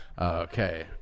Okay